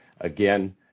again